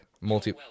Multi